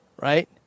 Right